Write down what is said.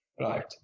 right